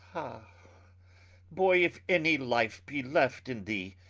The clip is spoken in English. ah boy, if any life be left in thee,